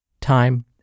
time